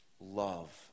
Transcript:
love